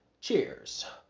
cheers